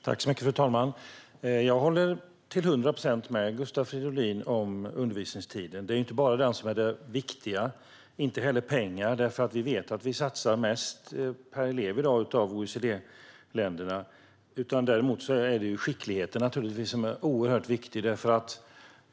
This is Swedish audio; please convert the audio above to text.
Fru talman! Jag håller till hundra procent med Gustav Fridolin om undervisningstiden. Det är inte bara undervisningstiden som är viktig. Det gäller inte heller pengar. Vi vet att Sverige satsar mest per elev i dag av OECD-länderna. Däremot är skickligheten hos läraren oerhört viktig.